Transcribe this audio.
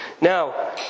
Now